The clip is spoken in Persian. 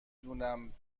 دونم